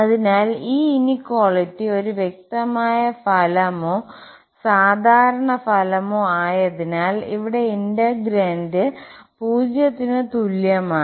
അതിനാൽ ഈ ഇനിക്വാളിറ്റി ഒരു വ്യക്തമായ ഫലമോ സാധാരണ ഫലമോ ആയതിനാൽ ഇവിടെ ഇന്റെഗ്രേണ്ട് 0 ന് തുല്യമാണ്